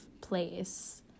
place